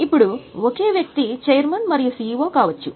ఇప్పుడు ఓకే వ్యక్తి చైర్మన్ మరియు సిఇఒ కావచ్చు